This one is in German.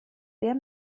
der